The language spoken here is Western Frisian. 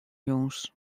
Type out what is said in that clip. jûns